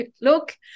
Look